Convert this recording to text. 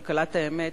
כלכלת האמת,